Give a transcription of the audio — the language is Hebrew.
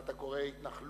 מה שאתה קורא התנחלות,